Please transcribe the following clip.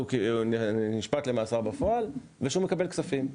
שהוא נשפט למאסר בפועל ושהוא מקבל כספים.